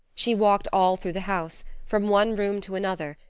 she walked all through the house, from one room to another,